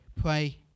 pray